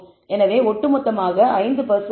எனவே ஒட்டுமொத்தமாக 5 சதவீதம்